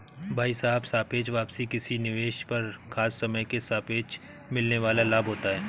भाई साहब सापेक्ष वापसी किसी निवेश पर खास समय के सापेक्ष मिलने वाल लाभ होता है